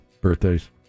Birthdays